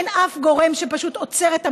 אין אף גורם שפשוט עוצר את המחדל.